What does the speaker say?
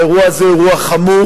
האירוע הזה הוא אירוע חמור.